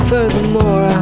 Furthermore